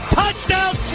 touchdown